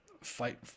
fight